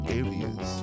areas